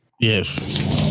yes